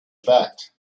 fact